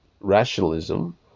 rationalism